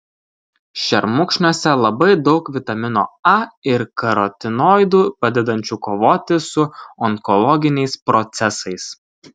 šermukšniuose labai daug vitamino a ir karotinoidų padedančių kovoti su onkologiniais procesais